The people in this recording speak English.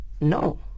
no